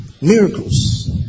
miracles